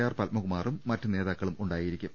R പത്മകുമാറും മറ്റ് നേതാക്കളും ഉണ്ടായിരിക്കും